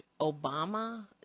Obama